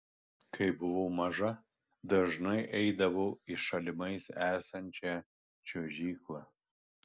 kai buvau maža dažnai eidavau į šalimais esančią čiuožyklą